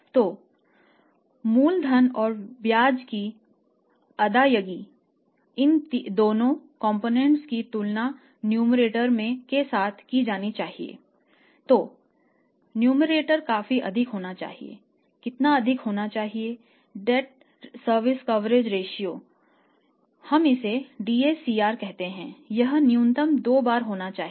तो मूलधन और ब्याज की अदायगी इन दोनों कॉम्पोनेंट्स हम इसे DSCRकहते हैंयह न्यूनतम 2 बार होना चाहिए